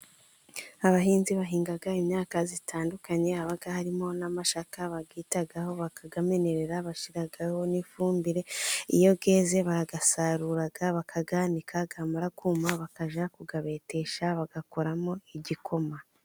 Abahinzi bahinga imyaka itandukanye, haba harimo n'amashaka bayitaho bakayamenera, bashyiraho n'ifumbire, iyo yeze bagasarura bakayanika, yamara kuma bakajya kuyabetesha, bagakoramo igikoma.